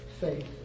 faith